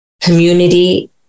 community